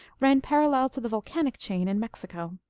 ran parallel to the volcanic chain in mexico.